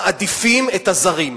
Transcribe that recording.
מעדיפים את הזרים,